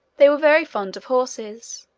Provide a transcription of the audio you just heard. they were very fond of horses.